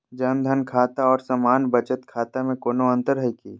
जन धन खाता और सामान्य बचत खाता में कोनो अंतर है की?